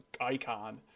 icon